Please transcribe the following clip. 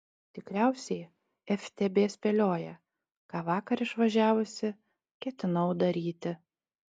tikriausiai ftb spėlioja ką vakar išvažiavusi ketinau daryti